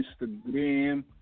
Instagram